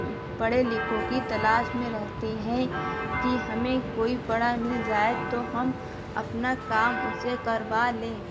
پڑھے لکھوں کی تلاش میں رہتے ہیں کہ ہمیں کوئی پڑھا مل جائے تو ہم اپنا کام اس سے کروا لیں